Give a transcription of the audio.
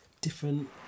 different